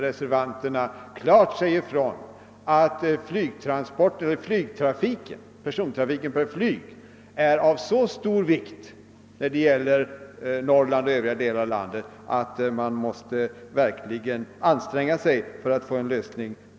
Reservanterna säger nämligen klart ifrån, att persontrafiken med flyg är av så stor betydelse för Norrland, att man verkligen måste anstränga sig för att finna en lösning.